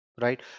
right